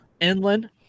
inland